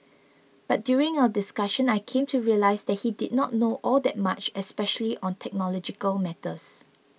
but during our discussion I came to realise that he did not know all that much especially on technological matters